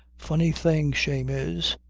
funny thing shame is.